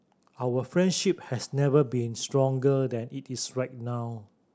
our friendship has never been stronger than it is right now